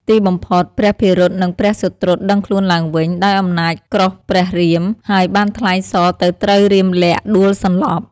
ទីបំផុតព្រះភិរុតនិងព្រះសុត្រុតដឹងខ្លួនឡើងវិញ ដោយអំណាចក្រោសព្រះរាម ហើយបានថ្លែងសរទៅត្រូវរាមលក្សណ៍ដួលសន្លប់។